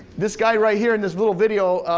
this guy right here in this little video,